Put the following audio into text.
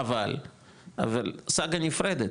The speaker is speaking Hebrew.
חבל, אבל סגה נפרדת,